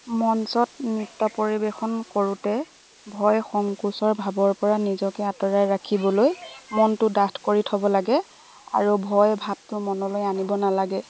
মঞ্চত নৃত্য পৰিৱেশন কৰোঁতে ভয় সংকোচৰ ভাৱৰ পৰা নিজকে আঁতৰাই ৰাখিবলৈ মনটো ডাঠ কৰি থ'ব লাগে আৰু ভয় ভাৱটো মনলৈ আনিব নালাগে